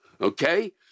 Okay